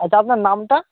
আচ্ছা আপনার নামটা